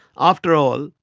after all,